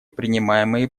принимаемые